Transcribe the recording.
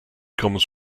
comes